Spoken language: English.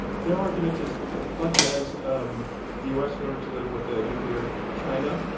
their argument is that, much as um the u. s. learned to live with a nuclear china,